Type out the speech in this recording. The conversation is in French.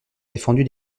défendu